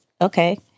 Okay